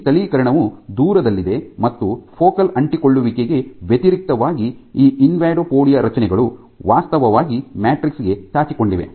ಈ ಸ್ಥಳೀಕರಣಗಳು ದೂರದಲ್ಲಿವೆ ಮತ್ತು ಫೋಕಲ್ ಅಂಟಿಕೊಳ್ಳುವಿಕೆಗೆ ವ್ಯತಿರಿಕ್ತವಾಗಿ ಈ ಇನ್ವಾಡೋಪೊಡಿಯಾ ರಚನೆಗಳು ವಾಸ್ತವವಾಗಿ ಮ್ಯಾಟ್ರಿಕ್ಸ್ ಗೆ ಚಾಚಿಕೊಂಡಿವೆ